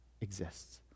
exists